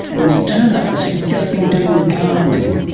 when he turned up as if he'd just been doing the gardening,